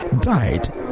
died